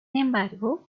embargo